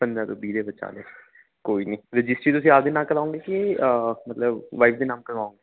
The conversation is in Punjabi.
ਪੰਦਰਾਂ ਤੋਂ ਵੀਹ ਦੇ ਵਿਚਾਲੇ ਕੋਈ ਨਹੀਂ ਰਜਿਸਟਰੀ ਤੁਸੀਂ ਆਪਣੇ ਨਾਮ ਕਰਵਾਓਂਗੇ ਕਿ ਮਤਲਵ ਵਾਈਫ ਦੇ ਨਾਮ ਕਰਵਾਓਂਗੇ